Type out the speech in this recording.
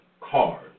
card